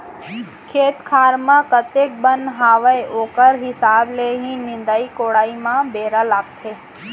खेत खार म कतेक बन हावय ओकर हिसाब ले ही निंदाई कोड़ाई म बेरा लागथे